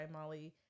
Molly